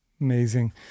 Amazing